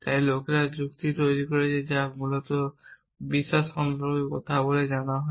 তাই লোকেরা যুক্তি তৈরি করেছে যা মূলত বিশ্বাস সম্পর্কে কথা বলে জানা হয়